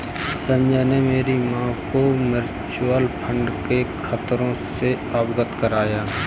संजय ने मेरी मां को म्यूचुअल फंड के खतरों से अवगत कराया